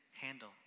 handle